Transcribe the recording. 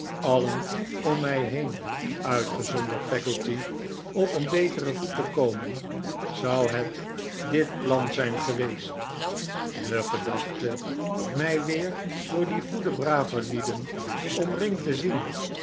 alien om mij heen uitgezonderd peggotty op een beteren voet te komen zou het dit plan zijn geweest de gedachte mij weer door die goede brave lieden omringd te zien